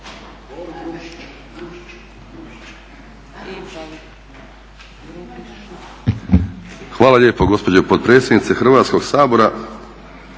Hvala lijepo gospodine potpredsjedniče Hrvatskog sabora.